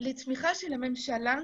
של הממשלה.